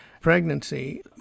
pregnancy